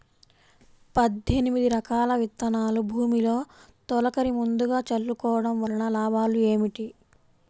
పద్దెనిమిది రకాల విత్తనాలు భూమిలో తొలకరి ముందుగా చల్లుకోవటం వలన లాభాలు ఏమిటి?